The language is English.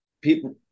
people